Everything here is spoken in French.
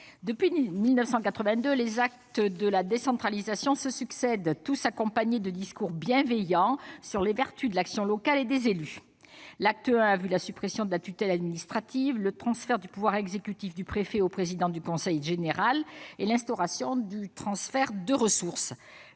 depuis 1982, les actes de la décentralisation se succèdent, tous accompagnés de discours bienveillants sur les vertus de l'action locale et des élus. L'acte I a vu la suppression de la tutelle administrative, le transfert du pouvoir exécutif du préfet au président du conseil général et l'instauration du transfert de ressources.